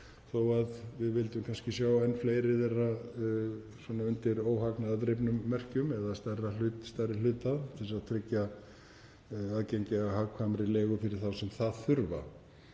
þó að við vildum kannski sjá enn fleiri þeirra undir óhagnaðardrifnum merkjum eða stærri hluta til að tryggja aðgengi að hagkvæmri leigu fyrir þá sem það þurfa.